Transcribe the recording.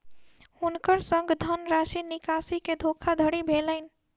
हुनकर संग धनराशि निकासी के धोखादड़ी भेलैन